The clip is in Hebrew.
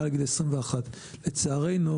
מעל גיל 21. לצערנו,